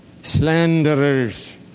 Slanderers